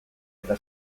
eta